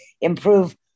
improve